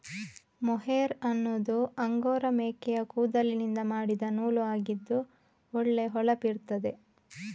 mohair ಅನ್ನುದು angora ಮೇಕೆಯ ಕೂದಲಿನಿಂದ ಮಾಡಿದ ನೂಲು ಆಗಿದ್ದು ಒಳ್ಳೆ ಹೊಳಪಿರ್ತದೆ